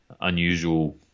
unusual